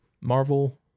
marvel